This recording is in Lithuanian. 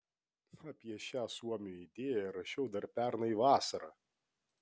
apie šią suomių idėją rašiau dar pernai vasarą